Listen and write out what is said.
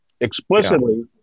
explicitly